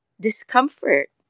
discomfort